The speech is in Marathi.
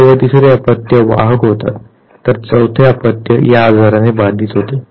दुसरे व तिसरे अपत्य वाहक होतात तर चौथे अपत्य या आजाराने बाधित होते